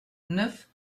neuf